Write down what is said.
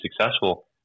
successful